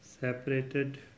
separated